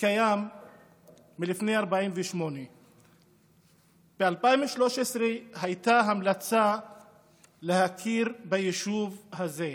וקיים מלפני 1948. ב-2013 הייתה המלצה להכיר ביישוב הזה,